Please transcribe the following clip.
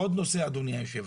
עוד נושא, אדוני היושב-ראש,